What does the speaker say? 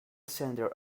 center